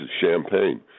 Champagne